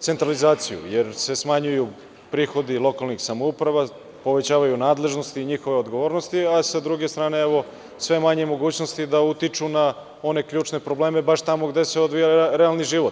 centralizaciju, jer se smanjuju prihodi lokalnih samouprava, povećavaju nadležnosti i njihove odgovornosti, a sa druge strane, evo sve manje je mogućnosti da utiču na one ključne probleme baš tamo gde se odvija realni život.